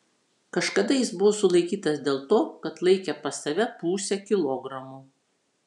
kažkada jis buvo sulaikytas dėl to kad laikė pas save pusę kilogramo